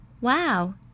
Wow